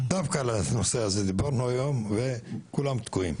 דווקא על הנושא הזה דיברנו היום וכולם תקועים.